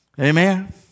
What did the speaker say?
Amen